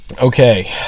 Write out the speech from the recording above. Okay